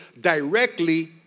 Directly